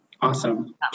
Awesome